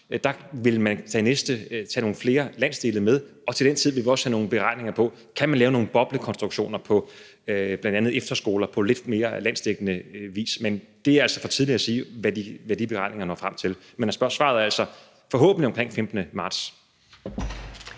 – vil man så tage nogle flere landsdele med, og til den tid vil vi også have nogle beregninger på, om man kan lave nogle boblekonstruktioner på bl.a. efterskoler på lidt mere landsdækkende vis. Men det er altså for tidligt at sige, hvad de beregninger når frem til. Men svaret er altså, at det forhåbentlig er omkring den 15. marts.